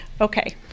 Okay